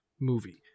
movie